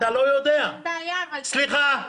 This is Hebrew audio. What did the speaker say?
אין בעיה, אבל --- סליחה.